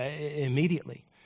immediately